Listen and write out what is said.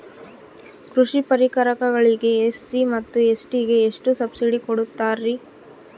ಕೃಷಿ ಪರಿಕರಗಳಿಗೆ ಎಸ್.ಸಿ ಮತ್ತು ಎಸ್.ಟಿ ಗೆ ಎಷ್ಟು ಸಬ್ಸಿಡಿ ಕೊಡುತ್ತಾರ್ರಿ?